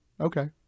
okay